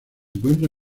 encuentra